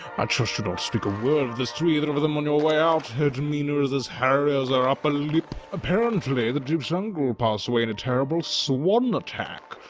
i trust you not speak a word of this to either of of them on your way out, her demeanor is as hairy as her upper lip. apparently the duke's uncle passed away in a terrible swan attack.